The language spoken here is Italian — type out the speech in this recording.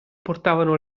portavano